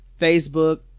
facebook